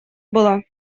было